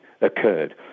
occurred